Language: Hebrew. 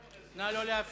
הלוא כתוב, נא לא להפריע.